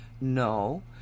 No